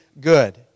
good